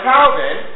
Calvin